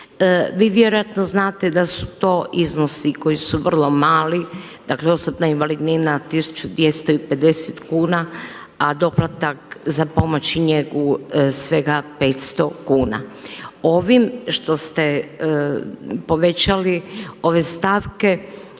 Vi vjerojatno znate da su to iznosi koji su vrlo mali. Dakle, osobna invalidnina 1250 kuna, a doplatak za pomoć i njegu svega 500 kuna. Ovim što ste povećali ove stavke